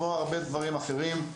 כמו הרבה דברים אחרים.